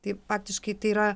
tai faktiškai tai yra